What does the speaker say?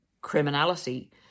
criminality